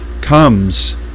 comes